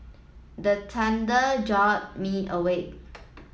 the thunder jolt me awake